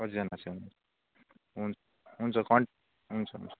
कतिजना छ हुन् हुन्छ कन् हुन्छ हुन्छ